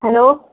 hello